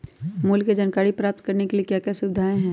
मूल्य के जानकारी प्राप्त करने के लिए क्या क्या सुविधाएं है?